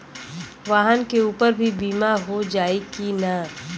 वाहन के ऊपर भी बीमा हो जाई की ना?